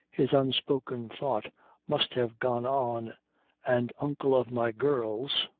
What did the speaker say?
his unspoken thought must have gone on and uncle of my girls.